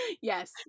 Yes